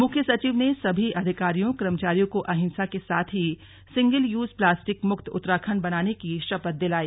मुख्य सचिव ने सभी अधिकारियों कर्मचारियों को अहिंसा के साथ ही सिंगल यूज प्लास्टिक मुक्त उत्तराखण्ड बनाने की शपथ दिलाई